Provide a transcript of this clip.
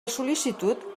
sol·licitud